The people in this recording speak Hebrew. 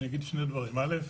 אני אגיד שני דברים: ראשית,